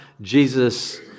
Jesus